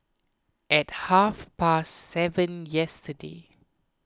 at half past seven yesterday